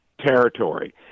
territory